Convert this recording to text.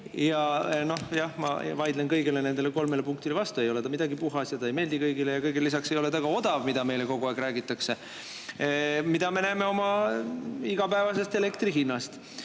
ma vaidlen kõigile nendele kolmele punktile vastu. Ei ole ta midagi puhas ja ei meeldi ta kõigile ja kõigele lisaks ei ole ta ka odav, kuigi meile seda kogu aeg räägitakse. Me näeme seda oma igapäevasest elektri hinnast.